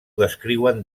descriuen